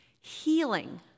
Healing